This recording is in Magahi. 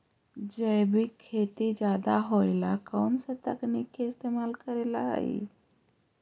जैविक खेती ज्यादा होये ला कौन से तकनीक के इस्तेमाल करेला हई?